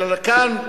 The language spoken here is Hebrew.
אלא לכאן,